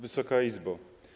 Wysoka Izbo!